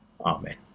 amen